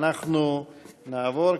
אנחנו נעבור,